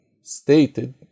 stated